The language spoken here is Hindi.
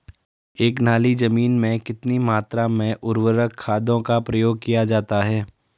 एक नाली जमीन में कितनी मात्रा में उर्वरक खादों का प्रयोग किया जाता है?